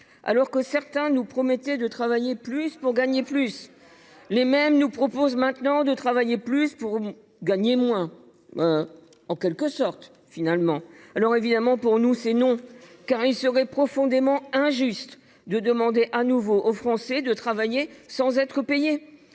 Alors que certains nous promettaient de travailler plus pour gagner plus, les mêmes nous proposent à présent de travailler plus pour gagner moins… Bien évidemment, nous répondons non ! Il serait profondément injuste de demander de nouveau aux Français de travailler sans être payés.